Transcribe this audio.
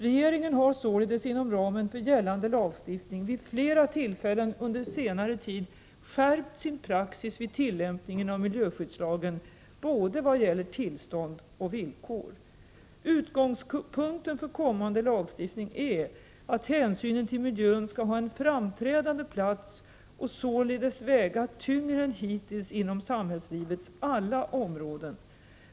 Regeringen har således inom ramen för gällande lagstiftning vid flera tillfällen under senare tid skärpt sin praxis vid tillämpningen av miljöskyddslagen vad gäller både tillstånd och villkor. Utgångspunkten för kommande lagstiftning är att hänsynen till miljön skall ha en framträdande plats och således väga tyngre än hittills inom samhällslivets alla områden.